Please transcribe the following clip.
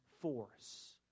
force